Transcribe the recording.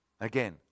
Again